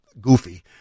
goofy